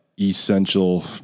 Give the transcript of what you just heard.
essential